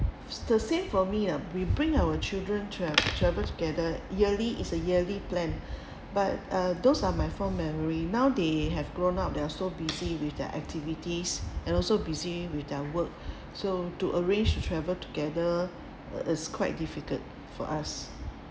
the same for me ah we bring our children to have travel together yearly is a yearly plan but uh those are my fond memory now they have grown up they are so busy with their activities and also busy with their work so to arrange to travel together uh is quite difficult for us